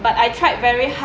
but I tried very hard